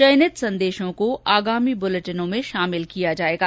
चयनित संदेशों को आगामी बुलेटिनों में शामिल किया जाएगा